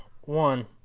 one